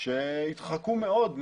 שיתרחקו מאוד,